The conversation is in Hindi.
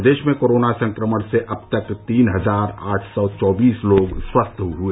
प्रदेश में कोरोना संक्रमण से अब तक तीन हजार आठ सौ चौबीस लोग स्वस्थ हुए